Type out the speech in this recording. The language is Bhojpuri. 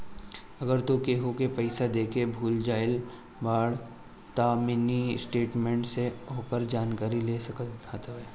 अगर तू केहू के पईसा देके भूला गईल बाड़ऽ तअ मिनी स्टेटमेंट से ओकर जानकारी ले सकत हवअ